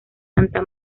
santa